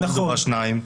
במולדובה יש שניים.